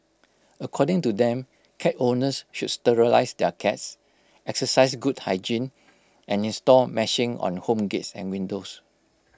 according to them cat owners should sterilise their cats exercise good hygiene and install meshing on home gates and windows